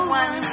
one